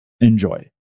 Enjoy